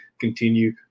continue